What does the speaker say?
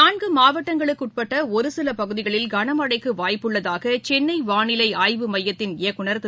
நான்கு மாவட்டங்களுக்குட்பட்ட ஒருசில பகுதிகளில் கனமழைக்கு வாய்ப்புள்ளதாக சென்னை வாளிலை ஆய்வுமையத்தின் இயக்குநர் திரு